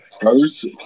First